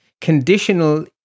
conditional